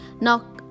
Now